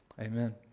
Amen